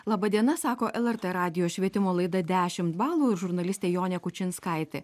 laba diena sako lrt radijo švietimo laida dešimt balų ir žurnalistė jonė kučinskaitė